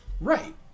Right